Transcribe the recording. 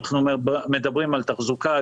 עם תחזוקה,